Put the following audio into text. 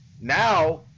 Now